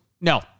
No